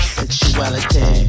sexuality